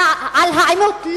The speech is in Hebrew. על העימות,